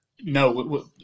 No